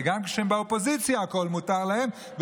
וגם כשהם באופוזיציה מותר להם הכול,